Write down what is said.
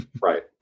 Right